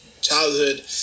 childhood